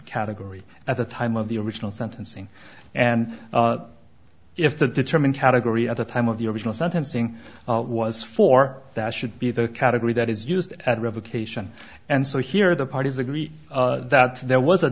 category at the time of the original sentencing and if the determine category at the time of the original sentencing was for that should be the category that is used at revocation and so here the parties agree that there was a